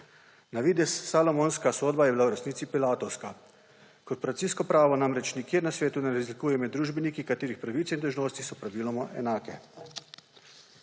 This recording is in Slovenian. Na videz salomonska sodba je bila v resnici pilatovska. Korporacijsko pravo namreč nikjer na svetu ne razlikuje med družbeniki, katerih pravice in dolžnosti so praviloma enake.